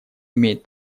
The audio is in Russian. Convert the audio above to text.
имеет